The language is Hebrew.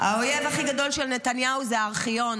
האויב הכי גדול של נתניהו זה הארכיון.